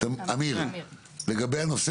והיא לגבי השיתוף